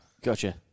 gotcha